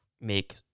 make